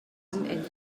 and